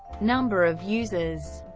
number of users